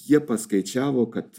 jie paskaičiavo kad